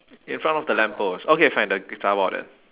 in front of the lamp post okay fine the zha bor then